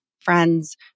Friends